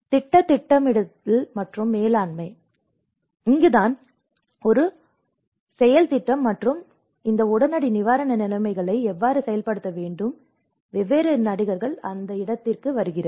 திட்ட திட்டமிடல் மற்றும் மேலாண்மை எனவே இங்குதான் ஒரு மூலோபாய செயல் திட்டம் மற்றும் இந்த உடனடி நிவாரண நிலைமைகளை எவ்வாறு செயல்படுத்த வேண்டும் ஏனெனில் வெவ்வேறு நடிகர்கள் அந்த இடத்திற்கு வருகிறார்கள்